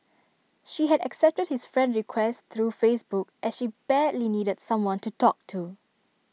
she had accepted his friend request through Facebook as she badly needed someone to talk to